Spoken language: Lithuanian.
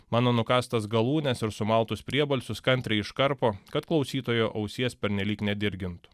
mano nukąstas galūnes ir sumaltus priebalsius kantriai iškarpo kad klausytojo ausies pernelyg nedirgintų